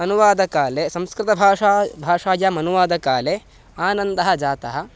अनुवादकाले संस्कृतभाषा भाषायाम् अनुवादकाले आनन्दः जातः